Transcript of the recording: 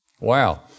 Wow